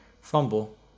Fumble